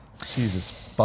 Jesus